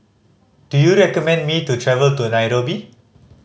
do you recommend me to travel to Nairobi